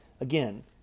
again